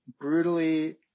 Brutally